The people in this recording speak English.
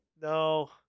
no